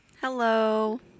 Hello